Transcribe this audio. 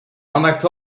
aandacht